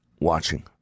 watching